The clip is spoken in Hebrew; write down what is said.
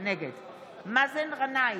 מאזן גנאים,